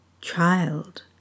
Child